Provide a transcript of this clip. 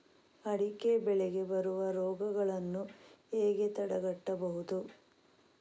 ಅಡಿಕೆ ಬೆಳೆಗೆ ಬರುವ ರೋಗಗಳನ್ನು ಹೇಗೆ ತಡೆಗಟ್ಟಬಹುದು?